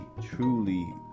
truly